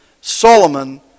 Solomon